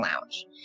lounge